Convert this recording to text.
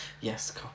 Yes